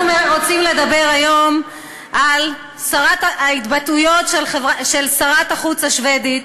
אנחנו רוצים לדבר היום על ההתבטאויות של שרת החוץ השבדית,